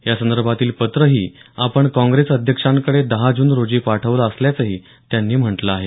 यासंदर्भातील पत्रही आपण काँग्रेस अध्यक्षांकडे दहा जून रोजी पाठवलं असल्याचंही त्यांनी म्हटलं आहे